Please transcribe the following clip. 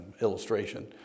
illustration